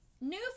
new